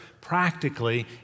practically